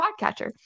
podcatcher